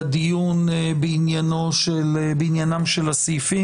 לדיון בעניינם של הסעיפים.